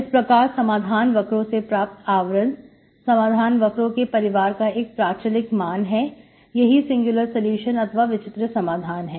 इस प्रकार समाधान वकरो से प्राप्त आवरण समाधान वकरों के परिवार का एक प्राचलिक मान है यही सिंगुलर सलूशन अथवा विचित्र समाधान है